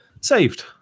Saved